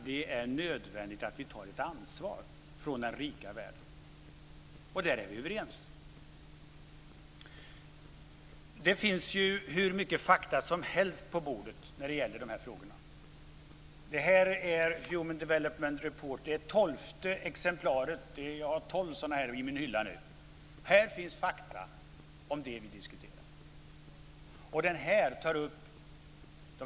Det är nödvändigt att vi från den rika världen tar ett ansvar. Där är vi överens. Det finns hur mycket fakta som helst på bordet när det gäller dessa frågor. Jag har här mitt tolfte exemplar av Human Development Report. Där finns fakta om det vi diskuterar.